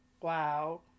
wow